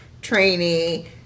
trainee